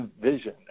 vision